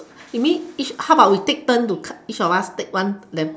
you mean each how about we take turn to card each of us take one then